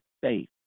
faith